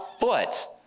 foot